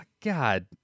God